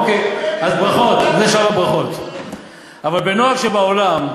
אוקיי, אז ברכות, אבל בנוהג שבעולם,